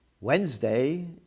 Wednesday